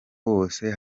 wose